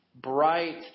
bright